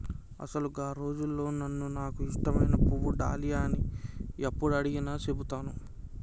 అసలు గా రోజుల్లో నాను నాకు ఇష్టమైన పువ్వు డాలియా అని యప్పుడు అడిగినా సెబుతాను